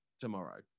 tomorrow